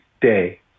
day